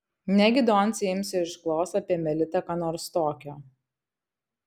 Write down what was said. negi doncė ims ir išklos apie melitą ką nors tokio